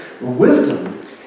Wisdom